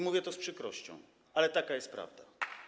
Mówię to z przykrością, ale taka jest prawda.